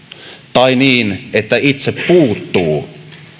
tai niin että itse puuttuu